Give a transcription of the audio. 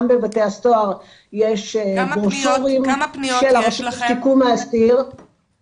בבתי הסוהר יש ברושורים של הרשות לשיקום האסיר.